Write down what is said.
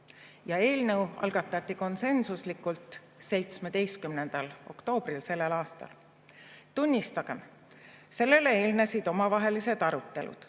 Eelnõu algatati (konsensuslikult) 17. oktoobril sellel aastal. Tunnistagem, sellele eelnesid omavahelised arutelud,